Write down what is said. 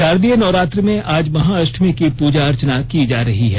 शारदीय नवरात्र में आज महाअष्टमी की पूजा अर्चना की जा रही है